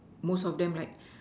most of them like